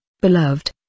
beloved